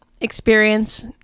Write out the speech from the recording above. experience